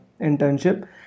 internship